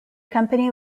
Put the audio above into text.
company